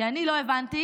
כי אני לא הבנתי,